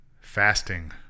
fasting